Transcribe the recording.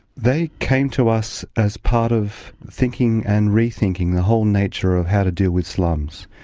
they came to us as part of thinking and rethinking the whole nature of how to deal with slums.